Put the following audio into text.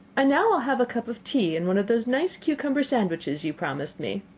and now i'll have a cup of tea, and one of those nice cucumber sandwiches you promised me.